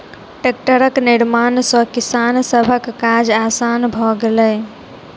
टेक्टरक निर्माण सॅ किसान सभक काज आसान भ गेलै